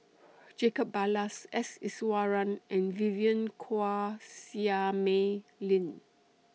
Jacob Ballas S Iswaran and Vivien Quahe Seah Mei Lin